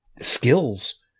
skills